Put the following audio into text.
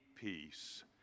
peace